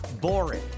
boring